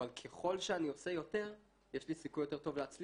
אבל ככל שאני עושה יותר יש לי סיכוי יותר טוב להצליח.